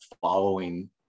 following